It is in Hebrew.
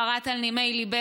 פרט על נימי ליבך,